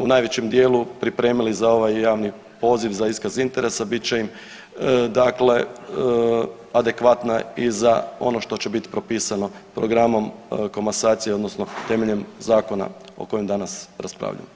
u najvećem dijelu pripremili za ovaj javni poziv za iskaz interesa bit će im dakle adekvatna i za ono što će bit propisano programom komasacije odnosno temeljem zakona o kojem danas raspravljamo.